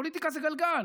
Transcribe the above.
פוליטיקה זה גלגל.